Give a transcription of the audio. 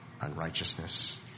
unrighteousness